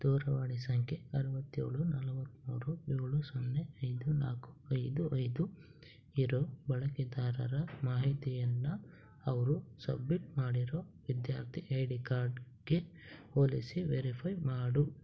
ದೂರವಾಣಿ ಸಂಖ್ಯೆ ಅರವತ್ತೇಳು ನಲವತ್ತ್ಮೂರು ಏಳು ಸೊನ್ನೆ ಐದು ನಾಲ್ಕು ಐದು ಐದು ಇರೋ ಬಳಕೆದಾರರ ಮಾಹಿತಿಯನ್ನು ಅವರು ಸಬ್ಮಿಟ್ ಮಾಡಿರೋ ವಿದ್ಯಾರ್ಥಿ ಐ ಡಿ ಕಾರ್ಡ್ಗೆ ಹೋಲಿಸಿ ವೆರಿಫೈ ಮಾಡು